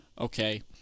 Okay